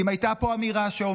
אם הייתה פה אמירה: